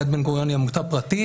יד בן-גוריון היא עמותה פרטית.